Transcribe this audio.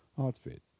outfit